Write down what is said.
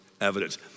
evidence